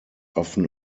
often